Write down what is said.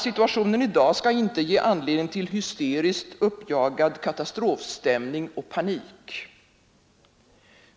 Situationen i dag skall inte ge anledning till hysteriskt uppjagad katastrofstämning och panik.